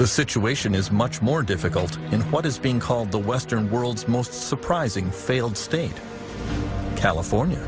the situation is much more difficult in what is being called the western world's most surprising failed state california